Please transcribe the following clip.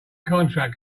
contract